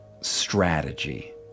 strategy